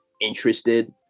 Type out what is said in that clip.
interested